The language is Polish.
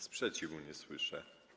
Sprzeciwu nie słyszę.